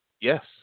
yes